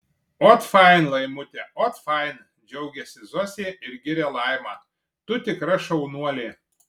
ot fain laimute ot fain džiaugiasi zosė ir giria laimą tu tikra šaunuolė